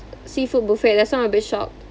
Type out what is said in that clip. seafood buffet that's why I'm a bit shocked